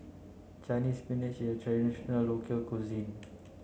Chinese spinach is a traditional local cuisine